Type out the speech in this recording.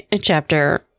chapter